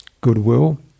goodwill